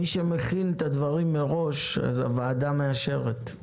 מי שמכין את הדברים מראש, הוועדה מאשרת.